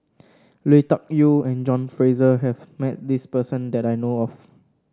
Lui Tuck Yew and John Fraser has met this person that I know of